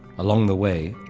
along the way,